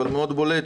אבל מאוד בולט,